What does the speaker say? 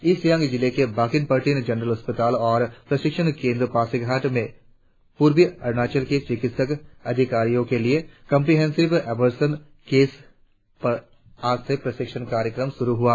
east Siang जिले के Bakin Pertin general अस्पताल और प्रशिक्षण केंद्र पासीघाट में पूर्वी अरुणाचल के चिकित्सा अधिकारियों के लिए कांप्रिहेंसिंव अबार्सन केयर पर आज से प्रशिक्षण कार्यक्रम शुरु हुआ